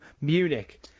Munich